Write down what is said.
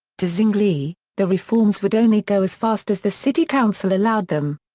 to zwingli, the reforms would only go as fast as the city council allowed them.